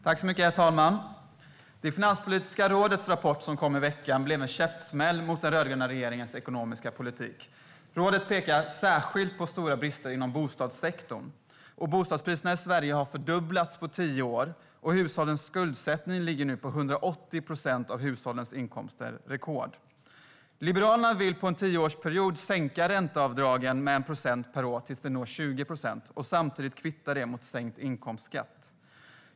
Herr talman! Finanspolitiska rådets rapport som kom i veckan blev en käftsmäll mot den rödgröna regeringens ekonomiska politik. Rådet pekar särskilt på stora brister inom bostadssektorn. Bostadspriserna i Sverige har fördubblats på tio år, och hushållens skuldsättning ligger nu på 180 procent av hushållens inkomster. Det är rekord. Liberalerna vill under en tioårsperiod sänka ränteavdragen med 1 procent per år tills de når 20 procent och samtidigt kvitta det mot sänkt inkomstskatt.